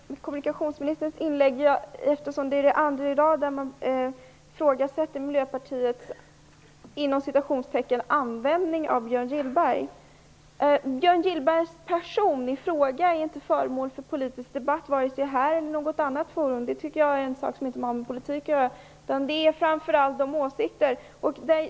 Herr talman! Jag skulle vilja svara på kommunikationsministerns inlägg, eftersom hon för andra gången ifrågasätter Miljöpartiets "användning" av Björn Gillberg. Det är inte Björn Gillbergs person som är föremål för politisk debatt, vare sig här eller i något annat forum. Det har inte med politik utan med åsikter att göra.